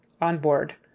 Onboard